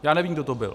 Já nevím, kdo to byl.